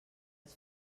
els